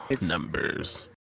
numbers